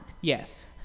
yes